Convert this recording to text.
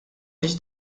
biex